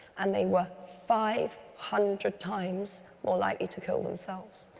and they were five hundred times more likely to kill themselves.